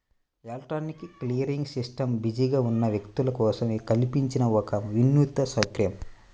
electronic clearing system బిజీగా ఉన్న వ్యక్తుల కోసం కల్పించిన ఒక వినూత్న సౌకర్యం